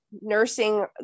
nursing